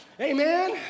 Amen